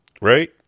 Right